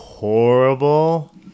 Horrible